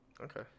Okay